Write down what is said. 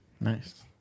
Nice